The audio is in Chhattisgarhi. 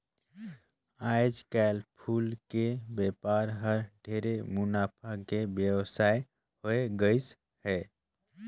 आयज कायल फूल के बेपार हर ढेरे मुनाफा के बेवसाय होवे गईस हे